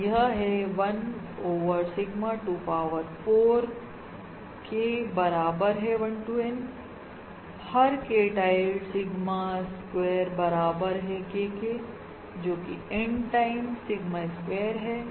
तो यह है 1 over sigma to power 4 K बराबर है 1 to N हर K tildeसिग्मा स्क्वायर बराबर है K के जोकि N टाइम सिग्मा स्क्वायर है